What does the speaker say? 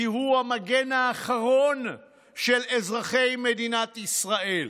כי הוא המגן האחרון של אזרחי מדינת ישראל.